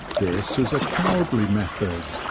this is a cowardly method,